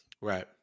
Right